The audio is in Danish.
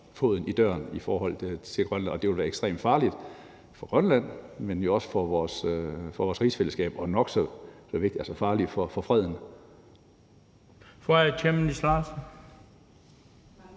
døren ind i forhold til Grønland. Det ville være ekstremt farligt for Grønland, men jo også for vores rigsfællesskab og, nok så vigtigt, for freden.